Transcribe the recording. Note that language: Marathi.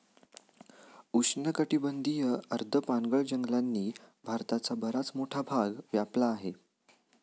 उष्णकटिबंधीय आर्द्र पानगळ जंगलांनी भारताचा बराच मोठा भाग व्यापला आहे